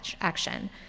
action